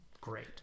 great